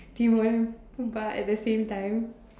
be bar but at the same time